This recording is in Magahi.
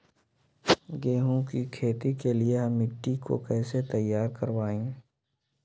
गेंहू की खेती के लिए हम मिट्टी के कैसे तैयार करवाई?